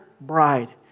bride